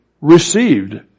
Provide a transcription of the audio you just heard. received